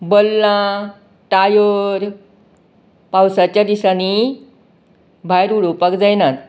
बल्लां tyre पावसाच्या दिसांनी भायर उडोवपाक जायनात